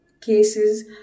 cases